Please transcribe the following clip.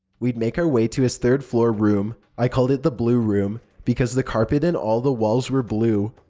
we'd make our way to his third floor room. i called it the blue room because the carpet and all the walls were blue.